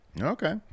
Okay